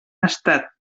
estat